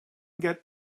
get